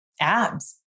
abs